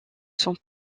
sont